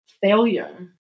failure